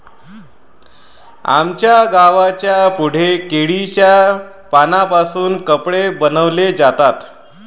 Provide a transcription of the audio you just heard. आमच्या गावाच्या पुढे केळीच्या पानांपासून कपडे बनवले जातात